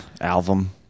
Album